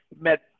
met